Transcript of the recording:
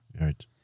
Right